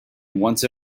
once